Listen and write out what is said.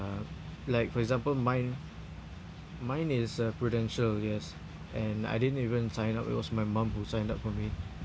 uh like for example mine mine is a Prudential yes and I didn't even sign up it was my mom who signed up for me